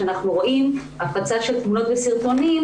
שם אנחנו רואים הפצה של תמונות וסרטונים